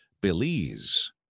Belize